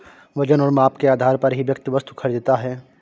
वजन और माप के आधार पर ही व्यक्ति वस्तु खरीदता है